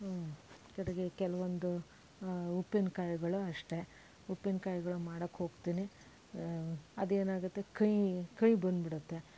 ಕಡೆಗೆ ಕೆಲವೊಂದು ಉಪ್ಪಿನ ಕಾಯಿಗಳು ಅಷ್ಟೆ ಉಪ್ಪಿನ ಕಾಯಿಗಳು ಮಾಡೋಕ್ಕೆ ಹೋಗ್ತೀನಿ ಅದೇನಾಗುತ್ತೆ ಕಹಿ ಕಹಿ ಬಂದ್ಬಿಡುತ್ತೆ